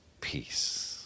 peace